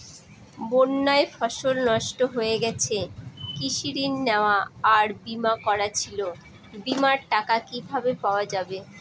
বন্যায় ফসল নষ্ট হয়ে গেছে কৃষি ঋণ নেওয়া আর বিমা করা ছিল বিমার টাকা কিভাবে পাওয়া যাবে?